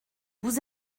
vous